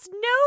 no